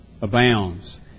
abounds